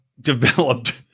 developed